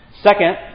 Second